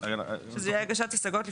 שזה יהיה הגשת השגות,